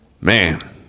man